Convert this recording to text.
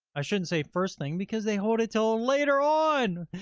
i shouldn't say first thing because they hold it until later on.